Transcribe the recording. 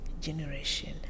generation